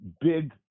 big